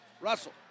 Russell